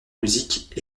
musique